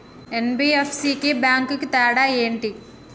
NBFC కి bank కి తేడా ఏంటి?